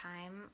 time